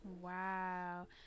Wow